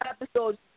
episode